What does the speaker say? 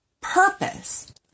purpose